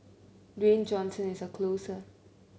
Dwayne Johnson is a closer